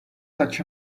such